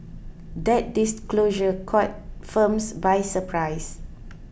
that disclosure caught firms by surprise